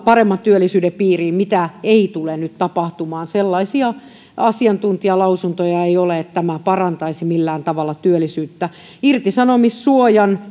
paremman työllisyyden piiriin mitä ei tule nyt tapahtumaan sellaisia asiantuntijalausuntoja ei ole että tämä parantaisi millään tavalla työllisyyttä irtisanomissuojan